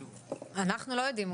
אנחנו לא יודעים.